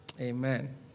Amen